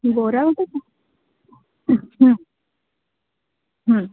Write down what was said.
ବରା ଗୋଟା କେତେ ଆଚ୍ଛା ହଁ